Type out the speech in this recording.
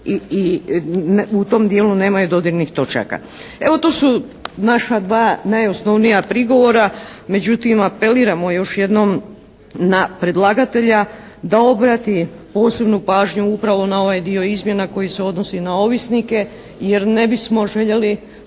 i u tom dijelu nemaju dodirnih točaka. Evo to su naša dva najosnovnija prigovora. Međutim apeliramo još jednom na predlagatelja da obrati posebnu pažnju upravo na ovaj dio izmjena koji se odnosi na ovisnike. Jer ne bismo željeli